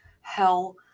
hell